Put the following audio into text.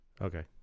Okay